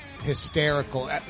hysterical